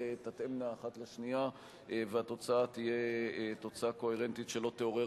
תתאמנה אחת לשנייה והתוצאה תהיה תוצאה קוהרנטית שלא תעורר